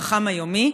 החכם היומי,